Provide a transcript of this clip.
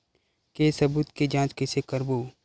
के सबूत के जांच कइसे करबो?